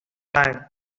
time